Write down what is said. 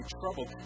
troubled